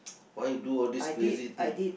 why you do all this crazy thing